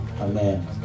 Amen